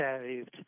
saved